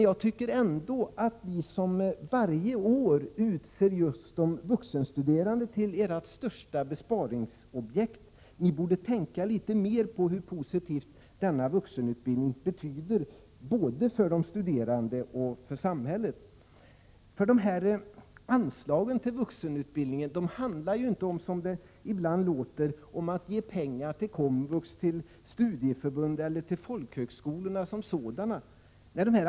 Jag tycker ändå att ni som varje år utser just de vuxenstuderande till ert största besparingsobjekt, borde tänka litet mera på allt positivt som denna vuxenutbildning betyder både för de studerande och för samhället. När det gäller dessa anslag till vuxenutbildningen handlar det ju inte om, som det ibland låter, att ge pengar till komvux, studieförbunden eller folkhögskolorna som sådana.